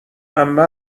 عمه